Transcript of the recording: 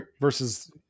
versus